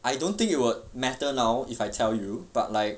I don't think it will matter now if I tell you but like